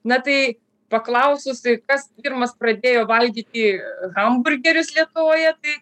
na tai paklaususi kas pirmas pradėjo valgyti hamburgerius lietuvoje tai